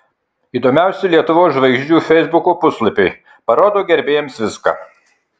įdomiausi lietuvos žvaigždžių feisbuko puslapiai parodo gerbėjams viską